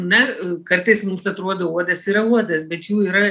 na kartais mums atrodo uodas yra uodas bet jų yra